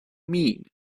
mean